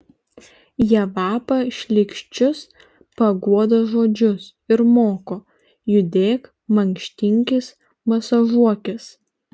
jie vapa šleikščius paguodos žodžius ir moko judėk mankštinkis masažuokis